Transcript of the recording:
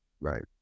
Right